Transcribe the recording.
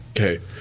Okay